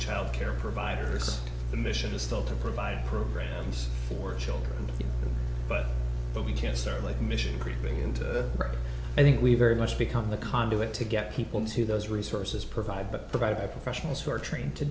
child care providers the mission is still to provide programs for children but but we can certainly commission creeping into i think we very much become the conduit to get people to those resources provide provided by professionals who are trained to